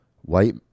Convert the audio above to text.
white